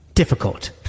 difficult